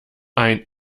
ein